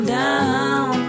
down